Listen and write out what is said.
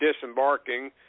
disembarking